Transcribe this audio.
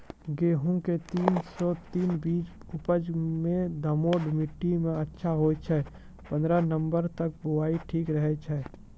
गेहूँम के तीन सौ तीन बीज उपज मे दोमट मिट्टी मे अच्छा होय छै, पन्द्रह नवंबर तक बुआई ठीक रहै छै